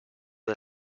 del